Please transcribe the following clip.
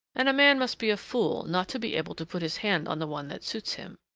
and a man must be a fool not to be able to put his hand on the one that suits him.